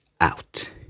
out